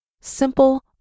Simple